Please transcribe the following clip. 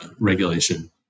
regulation